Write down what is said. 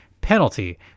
Penalty